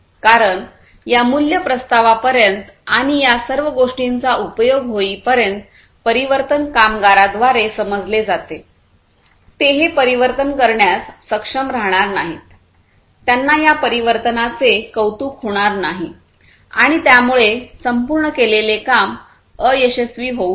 कारण या मूल्य प्रस्तावापर्यंत आणि या सर्व गोष्टींचा उपयोग होईपर्यंत परिवर्तन कामगारांद्वारे समजले जाते ते हे परिवर्तन करण्यास सक्षम राहणार नाहीत त्यांना या परिवर्तनाचे कौतुक होणार नाही आणि यामुळे संपूर्ण केलेले काम अयशस्वी होऊ शकेल